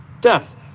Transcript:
death